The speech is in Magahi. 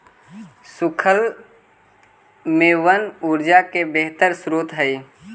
सूखल मेवबन ऊर्जा के बेहतर स्रोत हई